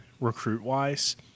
recruit-wise